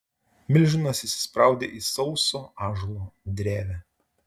milžinas įsispraudė į sauso ąžuolo drevę